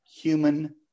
human